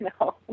no